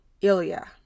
Ilya